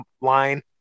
line